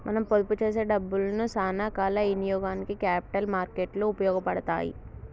మనం పొదుపు చేసే డబ్బులను సానా కాల ఇనియోగానికి క్యాపిటల్ మార్కెట్ లు ఉపయోగపడతాయి